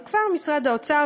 וכבר משרד האוצר,